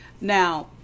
Now